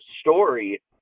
story